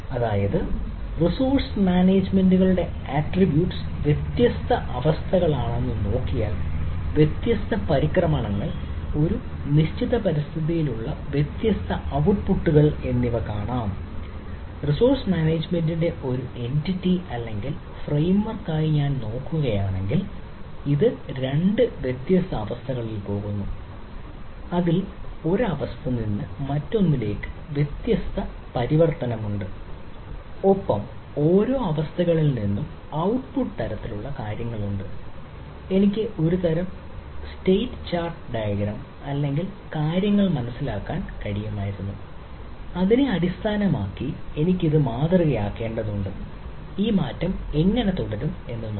അതായത് റിസോഴ്സ് മാനേജ്മെന്റുകളുടെ ആട്രിബ്യൂട്ടുകൾ അല്ലെങ്കിൽ കാര്യങ്ങൾ മനസ്സിലാക്കാൻ കഴിയുമായിരുന്നു അതിനെ അടിസ്ഥാനമാക്കി എനിക്ക് ഇത് മാതൃകയാക്കേണ്ടതുണ്ട് ഈ മാറ്റം എങ്ങനെ തുടരും എന്ന് നോക്കാം